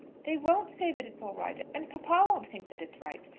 they won't say that it's all right and papa won't think that it's right.